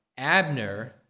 Abner